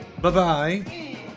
Bye-bye